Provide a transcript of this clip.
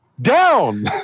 down